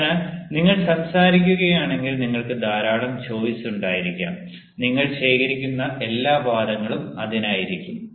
അതിനാൽ നിങ്ങൾ സംസാരിക്കുകയാണെങ്കിൽ നിങ്ങൾക്ക് ധാരാളം ചോയ്സ് ഉണ്ടായിരിക്കാം നിങ്ങൾ ശേഖരിക്കുന്ന എല്ലാ വാദങ്ങളും അതിനായിരിക്കും